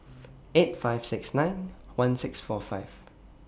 eight five six nine one six four five